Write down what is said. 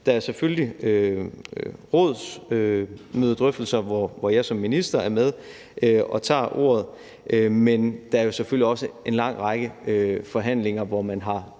at der selvfølgelig er rådsmødedrøftelser, hvor jeg som minister er med og tager ordet, men der er selvfølgelig også en lang række forhandlinger, hvor man har